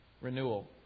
renewal